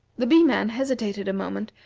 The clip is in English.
the bee-man hesitated a moment,